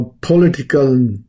political